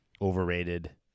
overrated